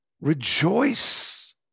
Rejoice